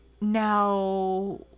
now